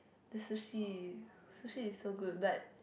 the sushi sushi is so good but